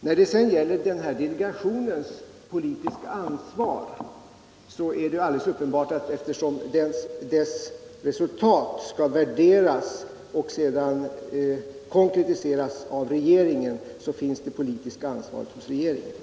När det sedan gäller delegationens politiska ansvar är det alldeles uppenbart att eftersom dess resultat skall värderas och: sedan konkretiseras av regeringen finns det politiska ansvaret hos regeringen.